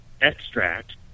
extract